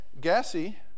gassy